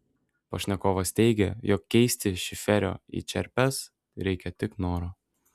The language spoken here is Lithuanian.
pašnekovas teigia jog keisti šiferio į čerpes reikia tik noro